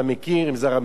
אם הרב מלמד,